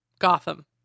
gotham